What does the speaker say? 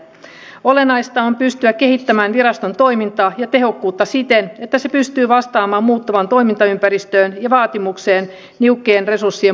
kaikesta huolimatta meillä pitää olla itsenäinen puolustus ja tavoitteena on kansallisen puolustuksen vahvistaminen ja oman maan etu